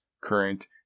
current